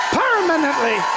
permanently